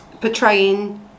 portraying